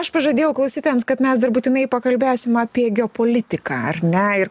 aš pažadėjau klausytojams kad mes dar būtinai pakalbėsim apie geopolitiką ar ne ir